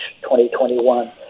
2021